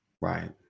Right